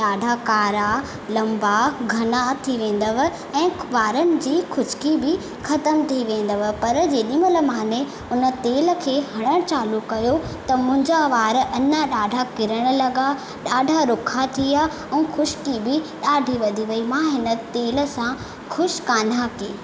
ॾाढा कारा लंबा घना थी वेंदव ऐं वारनि जी खुशकी बि ख़तम थी वेंदव पर जेॾीमहिल मां उन तेल खे हणणु चालू कयो त मुंहिंजा वार अञा ॾाढा किरण लॻा ॾाढा रुखा थी विया ऐं खुशकी बि ॾाढी वधी वई मां हिन तेल सां ख़ुशि कोन थी